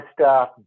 staff